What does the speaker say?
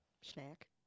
snack